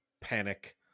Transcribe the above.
panic